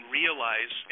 realize